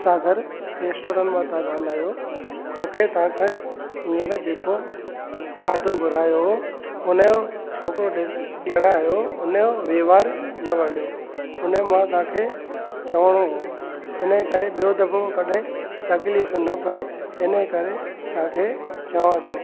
सागर restaurant मां था ॻाल्हायो मूंखे तव्हां खां हींअर जेको खाधो घुरायो हुओ हुन जो छोकिरो ॾियणु आयो उन जो वहिंवारु न वणियो हुन मां तव्हांखे चवणो हुओ हिन जे करे ॿियो दफ़ो कॾहिं तकलीफ़ु न पए हिन जे करे तव्हांखे चवां थो